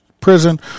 prison